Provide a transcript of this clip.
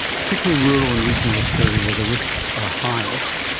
particularly in rural and regional australia where the risks are highest.